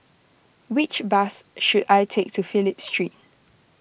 which bus should I take to Phillip Street